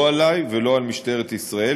לא עלי ולא על משטרת ישראל,